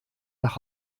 nach